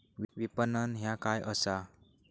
विपणन ह्या काय असा?